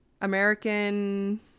American